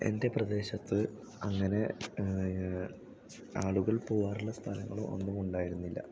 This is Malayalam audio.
എൻ്റെ പ്രദേശത്ത് അങ്ങനെ ആളുകൾ പോകാറുള്ള സ്ഥലങ്ങളോ ഒന്നുമുണ്ടായിരുന്നില്ല